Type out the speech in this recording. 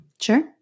Sure